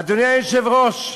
אדוני היושב-ראש,